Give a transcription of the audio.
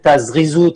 את הזריזות,